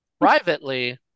Privately